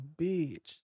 bitch